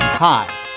Hi